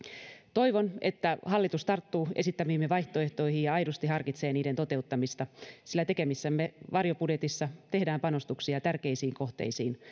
toivon että hallitus tarttuu esittämiimme vaihtoehtoihin ja aidosti harkitsee niiden toteuttamista sillä tekemässämme varjobudjetissa tehdään panostuksia tärkeisiin kohteisiin